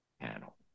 Panel